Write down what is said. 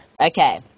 Okay